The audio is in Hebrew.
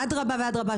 אדרבא ואדרבא,